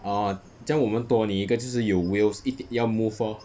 oh 这样我们多你一个就是有 wheels 一一定要 move lor